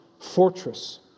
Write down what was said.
fortress